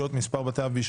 אחר צוהריים טובים.